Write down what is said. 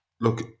look